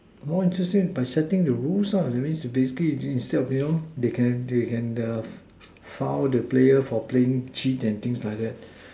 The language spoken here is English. more interesting is by setting the rules that means basically instead of you know they can they can the file the player for playing hit and things like that